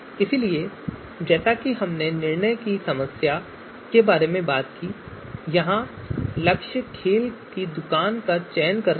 इसलिए जैसा कि हमने निर्णय की समस्या के बारे में बात की यहाँ लक्ष्य एक खेल की दुकान का चुनाव है